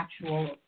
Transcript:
actual